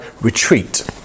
retreat